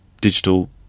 digital